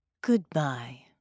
Goodbye